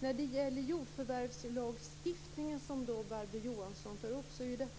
När det gäller jordförvärvslagstiftningen, som Barbro Johansson tar upp, följs